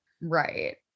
Right